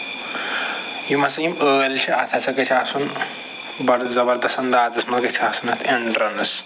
یِم ہسا یِم ٲلۍ چھِ اَتھ ہسا گژھِ آسُن بڑٕ زَبردست اَنٛدازَس منٛز گژھِ آسُن اَتھ اٮ۪نٹرٛینٕس